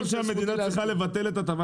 אני חושב שהמדינה צריכה לבטל את הטבת